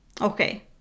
Okay